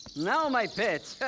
now my pets,